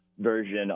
version